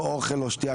לא אוכל, לא שתיה.